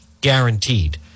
guaranteed